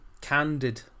candid